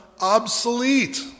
obsolete